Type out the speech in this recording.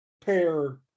pair